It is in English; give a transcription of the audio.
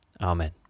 Amen